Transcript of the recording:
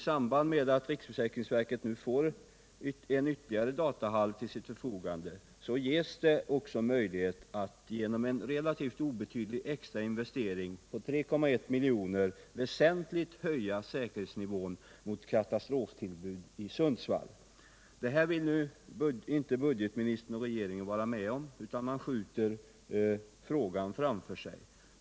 I samband med att riksförsäkringsverket nu får ytterligare en datahall till sitt förfogande ges också möjlighet att genom en relativt obetydlig extra investering på 3,1 miljoner väsentligt höja säkerhetsnivån när det gäller katastroftillbud i Sundsvall. Det här vill nu inte budgetministern och regeringen vara med om, utan man skjuter frågan framför sig.